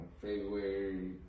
February